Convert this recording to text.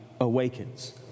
awakens